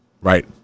Right